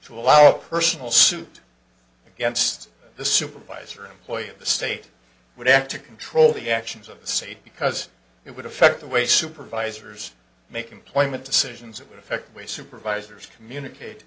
to allow personal suit against the supervisor employee of the state would act to control the actions of the state because it would affect the way supervisors make employment decisions it would affect the way supervisors communicate